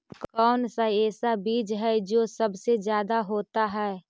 कौन सा ऐसा बीज है जो सबसे ज्यादा होता है?